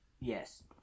Yes